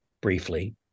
briefly